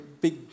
big